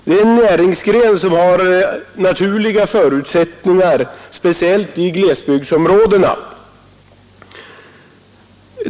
Det är en näringsgren som har naturliga förutsättningar speciellt i glesbygdsområdena.